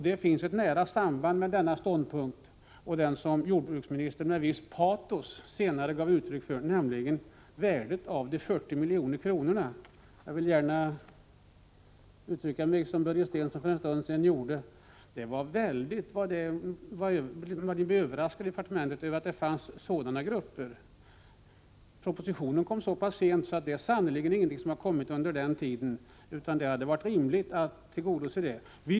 Det finns ett nära samband mellan denna ståndpunkt och den som jordbruksministern med ett visst patos senare gav uttryck för, nämligen värdet av de 40 miljoner kronorna. Jag vill, liksom Börje Stensson för en stund sedan gjorde, uttrycka min förvåning över att det kom som en överraskning för departementet att det fanns sådana grupper bland jordbrukarna som hade det mycket svårt. Propositionen lades fram så sent att det sannerligen inte är något som har hänt sedan dess. Det hade varit rimligt att redan ii propositionen tillgodose dessa jordbrukares behov.